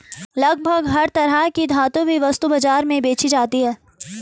लगभग हर तरह की धातु भी वस्तु बाजार में बेंची जाती है